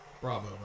Bravo